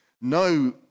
no